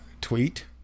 tweet